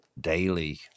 daily